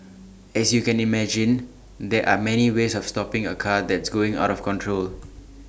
as you can imagine there are many ways of stopping A car that's going out of control